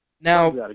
Now